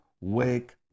wake